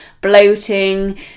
bloating